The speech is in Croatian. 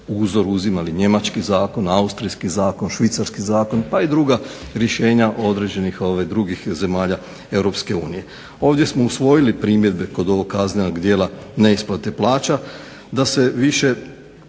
uzor uzimali njemački zakon, austrijski zakon, švicarski zakon pa i druga rješenja određenih drugih zemalja EU. Ovdje smo usvojili primjedbe kod ovog kaznenog djela neisplate plaća, da se više